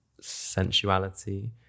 sensuality